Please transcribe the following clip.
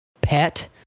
Pet